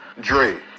Dre